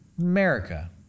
America